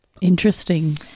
Interesting